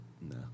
No